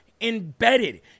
embedded